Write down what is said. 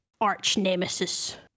arch-nemesis